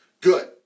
good